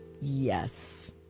yes